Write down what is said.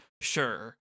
Sure